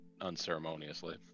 unceremoniously